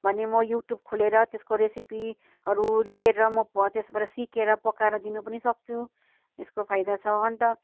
भने म युट्युब खोलेर त्यसको रेसिपीहरू लिएर म त्यसबाट सिकेर पकाएर दिनु पनि सक्छु यसको फाइदा छ अन्त